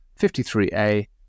53a